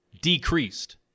decreased